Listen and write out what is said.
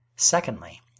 Secondly